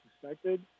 suspected